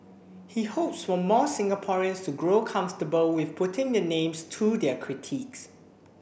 he hopes for more Singaporeans to grow comfortable with putting their names to their critiques